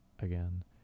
Again